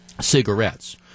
cigarettes